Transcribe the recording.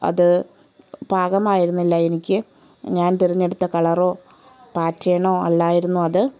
അത് പാകമായിരുന്നില്ല എനിക്ക് ഞാൻ തിരഞ്ഞെടുത്ത കളറോ പാറ്റേണോ അല്ലായിരുന്നു അത്